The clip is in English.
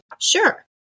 Sure